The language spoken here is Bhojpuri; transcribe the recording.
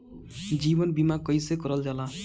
जीवन बीमा कईसे करल जाला?